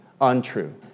untrue